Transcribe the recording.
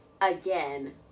again